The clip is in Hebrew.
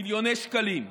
מיליוני שקלים.